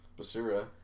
Basura